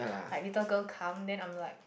like little girl come then I'm like